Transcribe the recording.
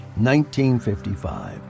1955